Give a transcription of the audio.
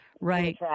Right